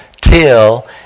till